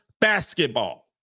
basketball